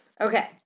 Okay